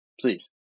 Please